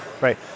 Right